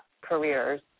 careers